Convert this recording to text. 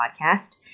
podcast